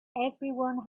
everyone